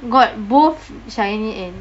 got both shiny and